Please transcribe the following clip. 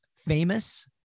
famous